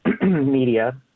media